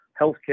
healthcare